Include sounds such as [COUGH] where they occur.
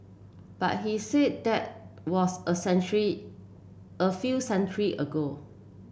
but he said that was a [UNINTELLIGIBLE] a few [UNINTELLIGIBLE] ago